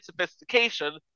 sophistication